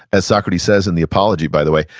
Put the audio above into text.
as socrates says in the apology, by the way,